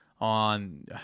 on